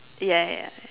ya ya